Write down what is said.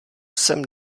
jsem